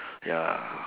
ya